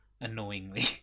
annoyingly